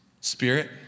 Spirit